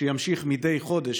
שיימשך מדי חודש,